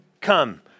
come